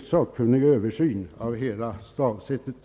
sakkunnig översyn av hela stavsättet.